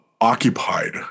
occupied